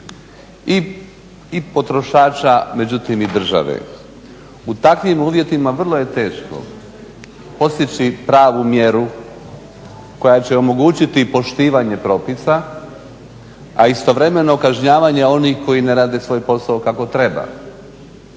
i potrošača, međutim i države. U takvim uvjetima vrlo je teško postići pravu mjeru koja će omogućiti poštivanje propisa, a istovremeno kažnjavanje onih koji ne rade svoj posao kako treba.